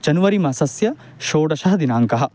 जन्वरि मासस्य षोडशः दिनाङ्कः